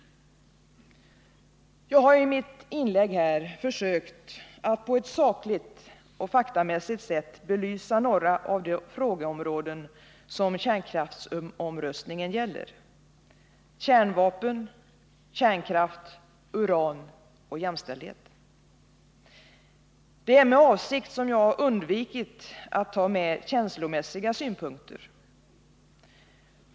Jag har i mitt inlägg här försökt att på ett sakligt och faktamässigt sätt belysa några av de frågeområden som kärnkraftsomröstningen gäller — komplexet kärnvapen-kärnkraft-uran och jämställdheten. Det är med avsikt jag undvikit att ta med känslomässiga synpunkter.